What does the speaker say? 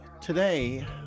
today